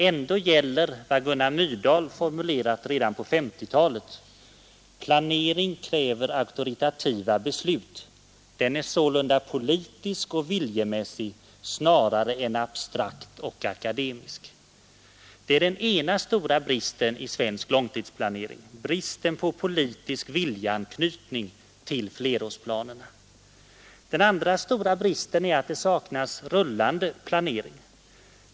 Ändå gäller vad Gunnar Myrdal formulerat redan på 1950-talet: ”Planering kräver auktoritativa beslut. Den är sålunda politisk och viljemässig snarare än abstrakt och akademisk.” Detta är den ena stora bristen i svensk långtidsplanering: bristen på politisk viljeanknytning till flerårsplanerna Den andra stora bristen är att det saknas rullande planering.